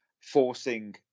forcing